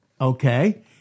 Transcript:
Okay